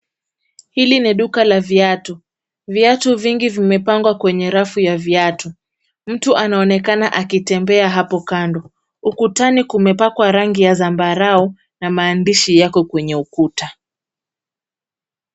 Hili ni duka la viatu. Viatu vingi vimepangwa kwenye rafu ya viatu. Mtu anaonekana akitembea hapo kando. Ukutani kumepakwa rangi ya zambarau na maandishi yako kwenye ukuta.